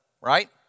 right